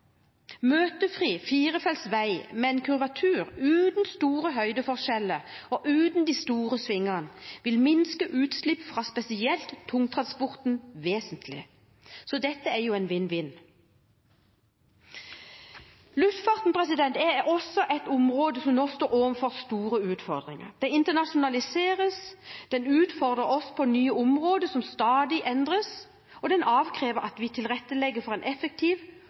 Møtefri, firefelts vei med en kurvatur uten store høydeforskjeller og uten de store svingene vil minske utslipp fra spesielt tungtransporten vesentlig – så dette er vinn-vinn. Luftfarten er også et område som nå står overfor store utfordringer. Den internasjonaliseres, den utfordrer oss på nye områder som stadig endres, og den avkrever at vi tilrettelegger for en effektiv